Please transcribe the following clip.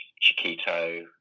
Chiquito